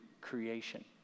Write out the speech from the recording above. creation